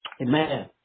Amen